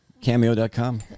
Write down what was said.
Cameo.com